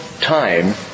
time